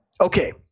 Okay